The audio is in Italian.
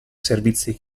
servizi